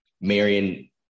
Marion